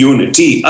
Unity